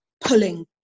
pulling